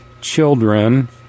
children